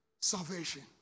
salvation